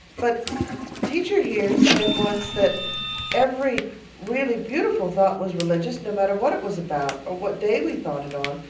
but teacher here said once that every really beautiful thought was religious, no matter what it was about, or what day we thought it on.